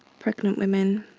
pregnant women.